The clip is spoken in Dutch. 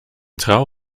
trouw